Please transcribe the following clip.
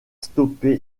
stoppé